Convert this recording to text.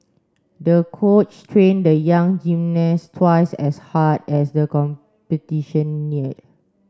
the coach trained the young gymnast twice as hard as the competition neared